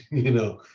you know?